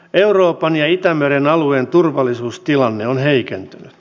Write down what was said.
euroopan ja itämeren alueen turvallisuustilanne on heikentynyt